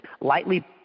lightly